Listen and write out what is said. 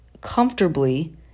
comfortably